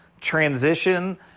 transition